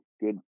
Good